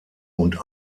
und